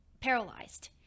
paralyzed